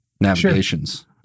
navigations